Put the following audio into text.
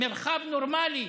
מרחב נורמלי,